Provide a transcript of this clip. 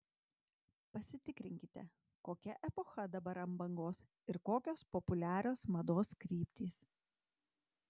pasitikrinkite kokia epocha dabar ant bangos ir kokios populiarios mados kryptys